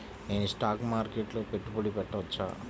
నేను స్టాక్ మార్కెట్లో పెట్టుబడి పెట్టవచ్చా?